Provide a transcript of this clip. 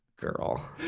girl